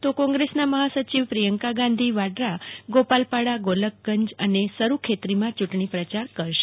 તો કોંગ્રેસનાં મહાસચિવ પ્રિયકા ગાંધી વાડ્રા ગોપાલપાડા ગોલકગંજ અને સરુખેત્રીમાં યુંટણી પ્રચાર કરશે